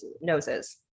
noses